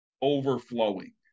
overflowing